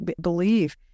believe